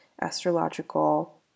astrological